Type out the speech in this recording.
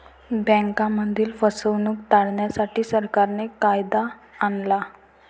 बँकांमधील फसवणूक टाळण्यासाठी, सरकारने कायदा आणला